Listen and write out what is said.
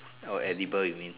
oh edible you mean